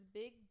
big